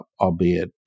albeit